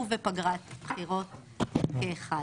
ובפגרת בחירות כאחד.